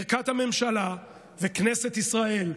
ברכת הממשלה וכנסת ישראל,